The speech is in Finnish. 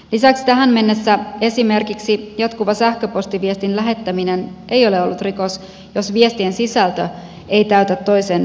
lisäksi tähän mennessä esimerkiksi jatkuva sähköpostiviestien lähettäminen ei ole ollut rikos jos viestien sisältö ei täytä toisen rikoksen tunnusmerkistöä